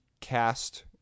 cast